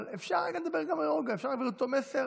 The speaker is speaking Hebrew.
אבל אפשר לדבר גם ברוגע, אפשר להעביר את המסר,